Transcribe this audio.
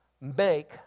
make